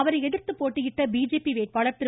அவரை எதிர்த்து போட்டியிட்ட பிஜேபி வேட்பாளர் திரு